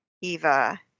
Eva